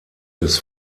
des